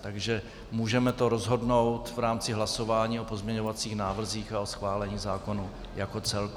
Takže to můžeme rozhodnout v rámci hlasování o pozměňovacích návrzích a o schválení zákonu jako celku.